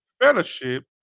fellowship